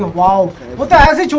while what the